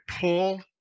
pull